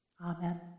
Amen